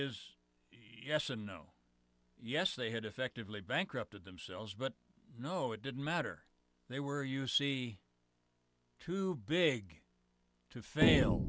is yes and no yes they had effectively bankrupted themselves but no it didn't matter they were u c too big to fail